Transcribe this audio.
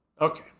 Okay